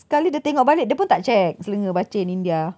sekali dia tengok balik dia pun tak check selenger bacin india